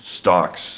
stocks